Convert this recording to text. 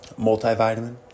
multivitamin